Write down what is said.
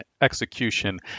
execution